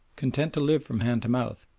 content to live from hand to mouth,